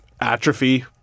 atrophy